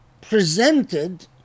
presented